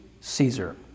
Caesar